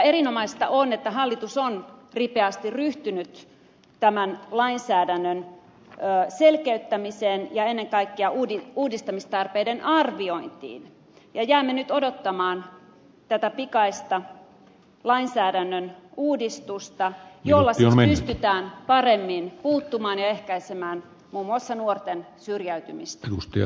erinomaista on että hallitus on ripeästi ryhtynyt tämän lainsäädännön selkeyttämiseen ja ennen kaikkea uudistamistarpeiden arviointiin ja jäämme nyt odottamaan tätä pikaista lainsäädännön uudistusta jolla siis pystytään paremmin muun muassa puuttumaan nuorten syrjäytymiseen ja ehkäisemään sitä